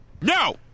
No